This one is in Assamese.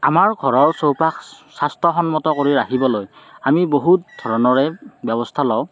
আমাৰ ঘৰৰ চৌপাশ স্বাস্থ্যসন্মত কৰি ৰাখিবলৈ আমি বহুত ধৰণৰে ব্যৱস্থা লওঁ